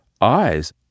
eyes